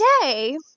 today